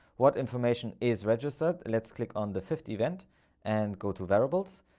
what information is registered? let's click on the fifth event and go to variables.